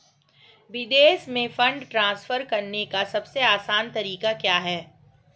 विदेश में fund transfer करने का सबसे आसान तरीका क्या है?